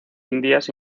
indias